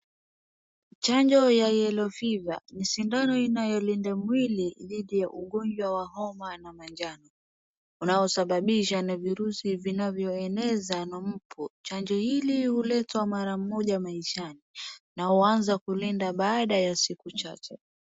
Chanjo ya yellow fever, ni sindano inayolinda mwili, dhidi ya ugonjwa ya homa la manjano, unaosababishwa na virusi vinanvyoeneza na mbu. Chanjo hili huletwa mara moja maishani na huanza kulinda baada ya siku chache.